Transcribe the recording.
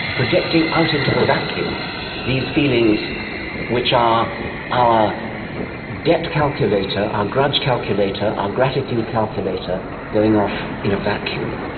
projecting out into the vacuum these feelings which are our debt calculator, our grudge calculator, our gratitude calculator going off in a vacuum.